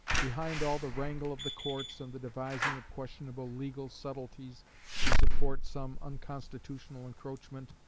behind all the wrangle of the courts and the devising of questionable legal subtleties to support some unconstitutional encroachment,